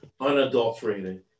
unadulterated